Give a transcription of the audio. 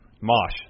Mosh